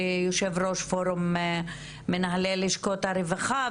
יושב-ראש פורום מנהלי לשכות הרווחה,